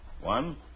One